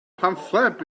pamffled